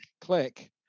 click